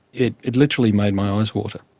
it it literally made my eyes water.